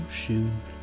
shoot